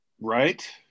right